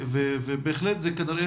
בהחלט זה כנראה